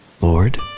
Lord